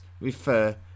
refer